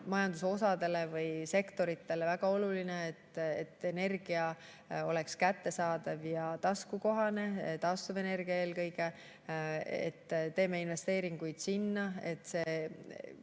majandusosadele või -sektoritele väga oluline, oleks kättesaadav ja taskukohane, taastuvenergia eelkõige. Teeme investeeringuid sinna, see